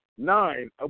Nine